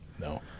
no